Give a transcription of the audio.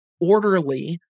orderly